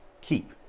keep